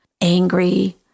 angry